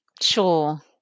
Sure